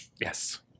yes